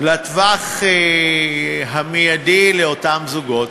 בטווח המיידי, לאותם זוגות,